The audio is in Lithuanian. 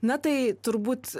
na tai turbūt